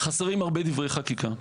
חסרים הרבה דברי חקיקה.